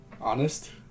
honest